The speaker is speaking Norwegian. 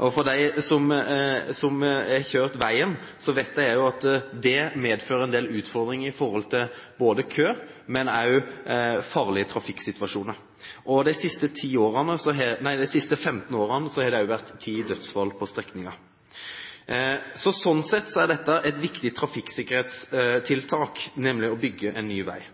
og de som har kjørt veien, vet at det medfører en del utfordringer med kø og også farlige trafikksituasjoner. De siste 15 årene har det også vært ti dødsfall på strekningen. Sånn sett er det å bygge en ny vei et viktig trafikksikkerhetstiltak. Man tar vare på unger og voksne som går langs veien, og skoleungene som bruker den – og i dag er det faktisk en